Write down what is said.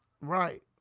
right